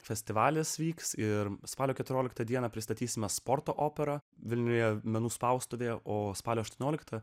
festivalis vyks ir spalio keturioliktą dieną pristatysime sporto operą vilniuje menų spaustuvėje o spalio aštuonioliktą